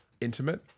intimate